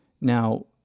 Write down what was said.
now